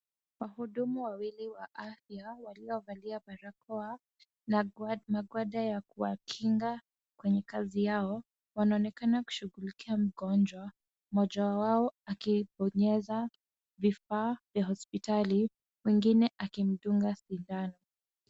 Wahudumu wawili wa afya waliovalia barakoa na magwanda ya kuwakinga kwenye kazi yao wanaonekana kushughulikia mgonjwa, mmoja wao akibonyeza vifaa vya hospitali mwingine akimdunga sindano.